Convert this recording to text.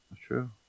true